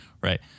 Right